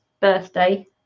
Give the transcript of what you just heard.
birthday